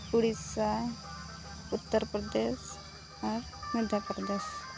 ᱩᱲᱤᱥᱥ Uttar Pradesh ᱟᱨ Madhya Pradesh